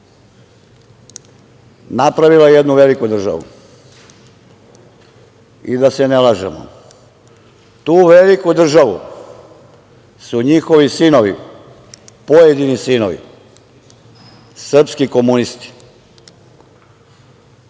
napravila jednu veliku državu. Da se ne lažemo, tu veliku državu su njihovi sinovi, pojedini sinovi, srpski komunisti,